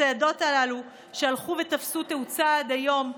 הצעדות הללו הלכו ותפסו תאוצה עד היום.